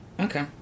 Okay